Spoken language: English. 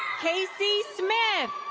casey smith.